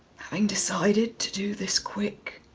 having decided to do this quick,